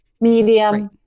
medium